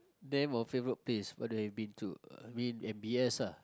then my favorite place where have I been to uh I mean m_b_s ah